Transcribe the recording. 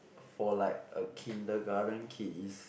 for like a kindergarten kids